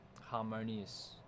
harmonious